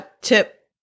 tip